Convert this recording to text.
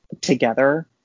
together